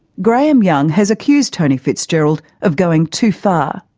graham young has accused tony fitzgerald of going too far.